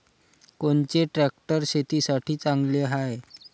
कोनचे ट्रॅक्टर शेतीसाठी चांगले हाये?